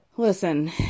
listen